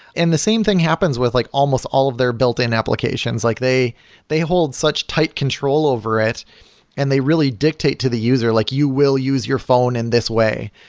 and the same thing happens with like almost all of their built-in applications. like they they hold such tight control over it and they really dictate to the user, like, you will use your phone in this way.